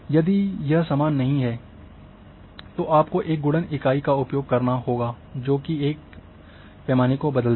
यदि यह समान नहीं है तो आपको एक गुणन इकाई का उपयोग करना होगा जो एक पैमाने को बदल देगा